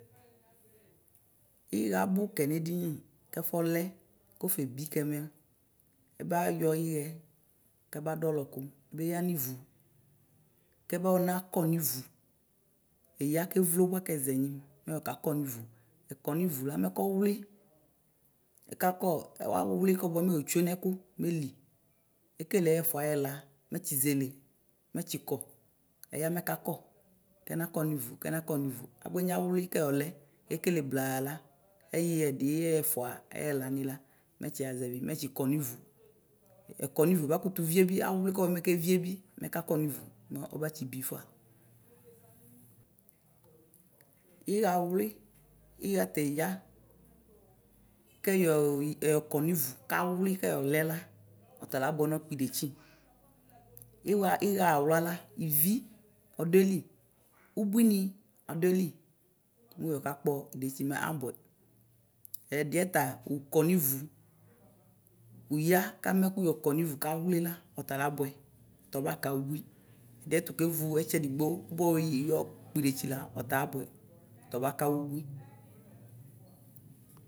Iɣa abʋ kɛ nʋ edini kʋ afʋ kɔlɛ kɔfebi kɛ mɛ ɛbayɔ iyɛ keba dʋ ɔlɔku beya nivʋ kɛba nakɔ nivʋ eya kevlo wɛkɛ zɛnyi mɛ ɛyɔ kakɔ nivʋ ɛkɔ nivʋ la mɛ kowli ɛkakɔ kawli kabʋɛ mɛ otse nɛku meli ekele ɛfva ɛla mɛ atsizele mɛtsikɔ ɛya mɛ ɛkakɔ kɛnakɔ nivʋ abʋɛ ɛdini awli kɛyɔlɛ ekele blaa la ɛyi ɛdi ɛfva ɛlani la mɛtsi azɛvi mɛ ɛtsikɔ nivʋ ɛkɔ nivʋ bʋa ɛbakutu viebi awli klaa o ɛbakutu viebi mɛkakɔ nivʋ mɛ ɔbatsi bi fva. Iɣawli iɣatɛ eya kɛyɔ kɔnʋ ivʋ kawli bi kɛyɔ lɛla ɔtala abʋa nokpɔ edetsi iɣa awlala ivi ɔdʋ ayili ʋbuini ɔdʋ ayili mʋyɔ kakpo idetsi mɛ aabʋɛ ɛdiɛta ʋkɔnʋ ivʋ uya kamɛ kʋ ʋkɔ nivʋ kawlila atala abʋɛ ta ɔbaka ubʋi ɛdiɛ tukevʋ etsedigbo bayi yɔkpidetsi la ɔtabʋɛ ɔta ɔbakawu ubui.